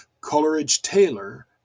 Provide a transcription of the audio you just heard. Coleridge-Taylor